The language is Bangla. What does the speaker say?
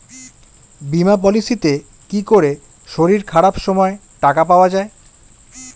বীমা পলিসিতে কি করে শরীর খারাপ সময় টাকা পাওয়া যায়?